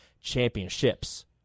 championships